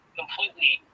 completely